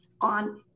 on